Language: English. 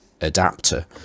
adapter